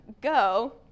go